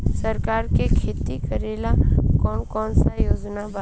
सरकार के खेती करेला कौन कौनसा योजना बा?